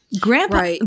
Grandpa